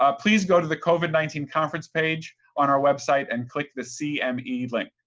ah please go to the covid nineteen conference page on our website and click the cme link.